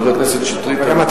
חבר הכנסת שטרית,